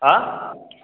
हाँ